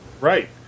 right